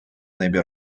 небі